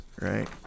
right